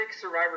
survivor